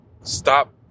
stop